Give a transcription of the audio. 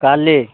କାଲି